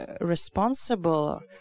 responsible